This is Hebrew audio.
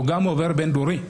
הוא גם עובר בצורה בין-דורית,